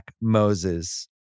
Moses